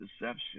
deception